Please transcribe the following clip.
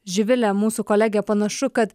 živilė mūsų kolegė panašu kad